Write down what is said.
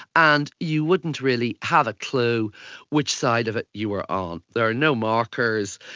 and you wouldn't really have a clue which side of it you were on. there are no markers.